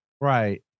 Right